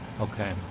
Okay